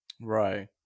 Right